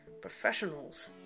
professionals